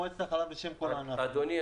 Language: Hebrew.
מועצת החלב בשם כל הענף --- אדוני,